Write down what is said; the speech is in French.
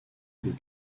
des